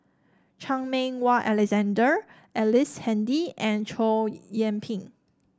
Chan Meng Wah Alexander Ellice Handy and Chow Yian Ping